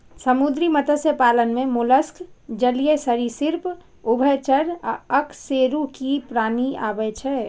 समुद्री मत्स्य पालन मे मोलस्क, जलीय सरिसृप, उभयचर आ अकशेरुकीय प्राणी आबै छै